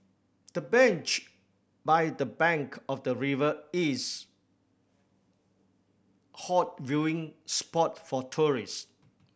the bench by the bank of the river is hot viewing spot for tourists